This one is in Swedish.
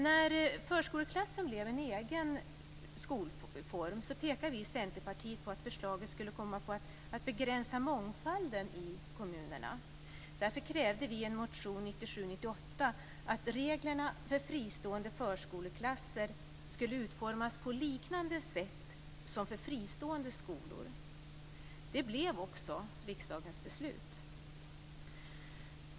När förskoleklassen blev en egen skolform pekade vi i Centerpartiet på att förslaget skulle komma att begränsa mångfalden i kommunerna. Därför krävde vi i en motion 1997/98 att reglerna för fristående förskoleklasser skulle utformas på liknande sätt som för fristående skolor. Det blev också riksdagens beslut.